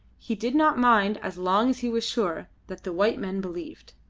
he did not mind as long as he was sure, that the white men believed.